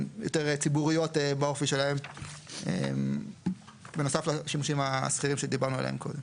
יותר ציבוריות באופי שלהן בנוסף לשימושים הסחירים שדיברנו עליהם קודם.